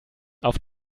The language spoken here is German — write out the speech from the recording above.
auf